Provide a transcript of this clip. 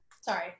sorry